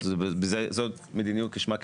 כן,